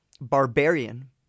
Barbarian